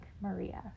Maria